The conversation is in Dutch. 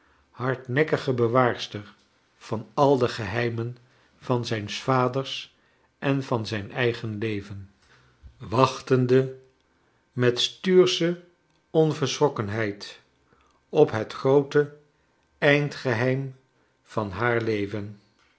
hardnekkige bewaarster van al de geheimen van zijns vader s en van zijn eigen leven wachtende met stuursche onverschrokkenheid op het groote eindgeheim van haar leven